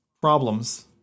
problems